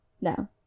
No